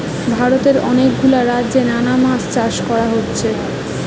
ভারতে অনেক গুলা রাজ্যে নানা মাছ চাষ কোরা হচ্ছে